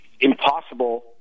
impossible